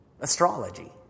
Astrology